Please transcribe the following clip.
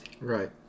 Right